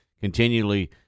continually